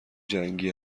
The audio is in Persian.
جنگی